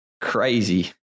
Crazy